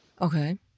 Okay